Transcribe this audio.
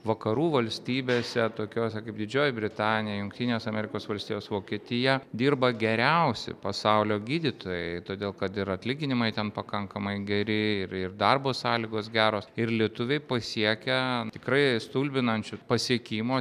vakarų valstybėse tokiose kaip didžioji britanija jungtinės amerikos valstijos vokietija dirba geriausi pasaulio gydytojai todėl kad ir atlyginimai ten pakankamai geri ir ir darbo sąlygos geros ir lietuviai pasiekia tikrai stulbinančių pasiekimų